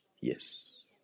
yes